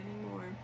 anymore